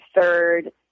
third